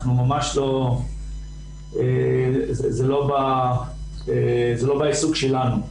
זה לא בעיסוק שלנו.